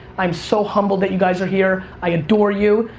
i am so humbled that you guys are here, i adore you,